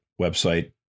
website